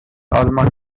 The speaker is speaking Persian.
آلمان